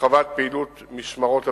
הרחבת פעילות משמרות הבטיחות,